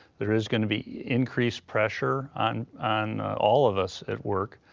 there is going to be increased pressure on on all of us at work.